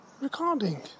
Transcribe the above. recording